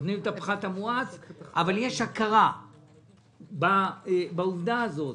נותנים את הפחת המואץ, אבל יש הכרה בעובדה הזאת